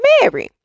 mary